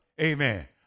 amen